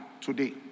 today